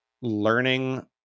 learning